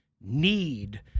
need